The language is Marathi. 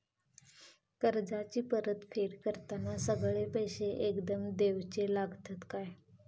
कर्जाची परत फेड करताना सगळे पैसे एकदम देवचे लागतत काय?